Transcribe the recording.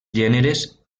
gèneres